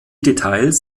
details